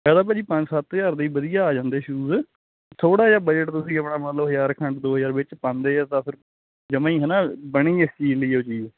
ਐ ਤਾਂ ਭਾਅ ਜੀ ਪੰਜ ਸੱਤ ਹਜਾਰ ਦੇ ਈ ਵਧੀਆ ਆ ਜਾਂਦੇ ਸ਼ੂਜ ਥੋੜਾ ਜਿਹਾ ਬਜਟ ਤੁਸੀਂ ਆਪਣਾ ਮਤਲਬ ਹਜਾਰ ਖੰਡ ਦੋ ਹਜਾਰ ਵਿੱਚ ਪਾਂਦੇ ਆ ਤਾਂ ਫਿਰ ਜਮਾਂ ਹੀ ਹੈਨਾ ਬਣੀ ਇਸ ਚੀਜ਼ ਲਈ ਉਹ ਚਾਜ